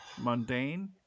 mundane